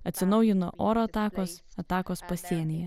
atsinaujino oro atakos atakos pasienyje